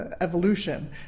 evolution